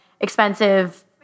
expensive